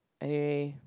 anywhere